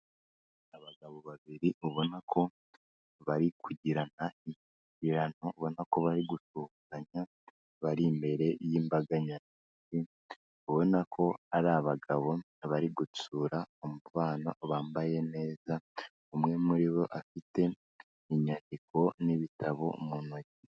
Abagabo babiri ubona ko bari kugirana imishikirano, ubona ko bari gusuhuzanya, bari imbere y'imbaga nyamwinshi, ubona ko ari abagabo bari gutsura umubano bambaye neza, umwe muri bo afite inyandiko n'ibitabo mu ntoki.